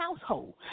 household